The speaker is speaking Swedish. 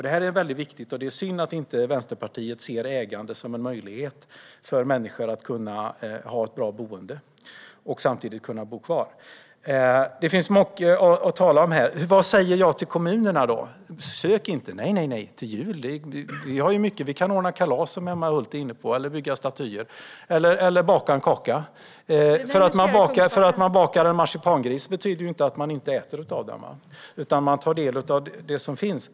Det är viktigt, och det är synd att Vänsterpartiet inte ser ägande som en möjlighet för människor att ha ett bra boende och samtidigt bo kvar. Det finns mycket att tala om här. Vad säger jag till kommunerna - sök inte? Nej, nej. Det är mycket till jul. Vi kan ordna kalas, som Emma Hult var inne på, eller bygga statyer - eller baka en kaka. Att man gör en marsipangris betyder ju inte att man inte äter av den. Man tar del av det som finns.